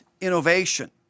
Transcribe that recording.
innovation